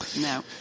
No